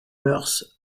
mœurs